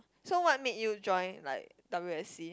so what make you join like W_S_C